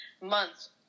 months